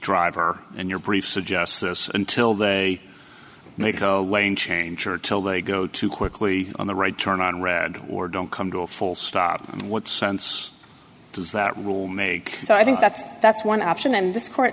driver and your brief suggests until they make wayne change or told they go too quickly on the right turn on red or don't come to a full stop what sense does that rule make so i think that that's one option and